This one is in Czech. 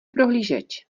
prohlížeč